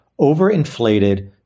overinflated